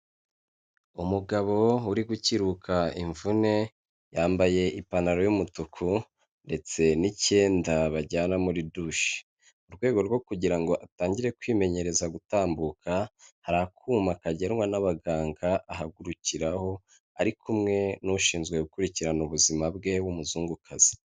Umugabo uri gukiruka imvune, yambaye ipantaro y'umutuku ndetse n'icyenda bajyana muri dushe mu rwego rwo kugira ngo atangire kwimenyereza gutambuka, hari akuma kagenwa n'abaganga ahagurukiraho, ari kumwe n'ushinzwe gukurikirana ubuzima bwe w'umuzungukazi.